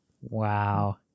Wow